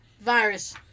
virus